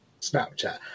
Snapchat